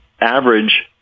average